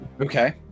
Okay